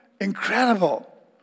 Incredible